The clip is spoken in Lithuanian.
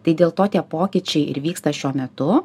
tai dėl to tie pokyčiai ir vyksta šiuo metu